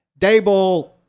Dable